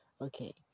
okay